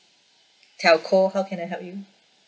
telco so how can I help you